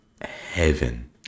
Heaven